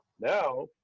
Now